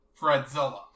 Fredzilla